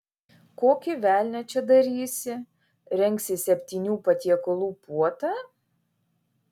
kokį velnią čia darysi rengsi septynių patiekalų puotą